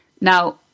Now